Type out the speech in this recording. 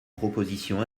propositions